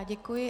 Děkuji.